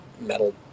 metal